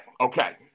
okay